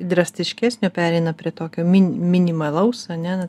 drastiškesnio pereina prie tokio minimalaus ane